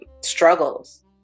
struggles